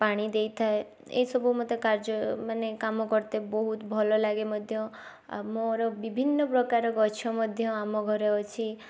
ପାଣି ଦେଇଥାଏ ଏଇସବୁ ମୋତେ କାର୍ଯ୍ୟ ମାନେ କାମ କରିତେ ବହୁତ ଭଲ ଲାଗେ ମଧ୍ୟ ଆଉ ମୋର ବିଭିନ୍ନ ପ୍ରକାର ଗଛ ମଧ୍ୟ ଆମ ଘରେ ଅଛି